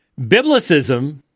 Biblicism